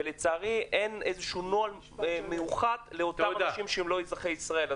ולצערי אין נוהל מיוחד לאותם אנשים שאינם אזרחי ישראל.